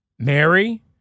Mary